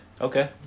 Okay